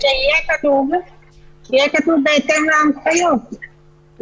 שיהיה כתוב: בהתאם להנחיות,